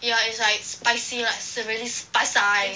yeah it's like spicy like s~ really spicy